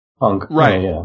Right